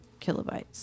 kilobytes